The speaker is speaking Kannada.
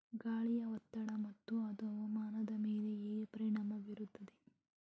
ಗಾಳಿಯ ಒತ್ತಡ ಮತ್ತು ಅದು ಹವಾಮಾನದ ಮೇಲೆ ಹೇಗೆ ಪರಿಣಾಮ ಬೀರುತ್ತದೆ?